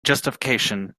justification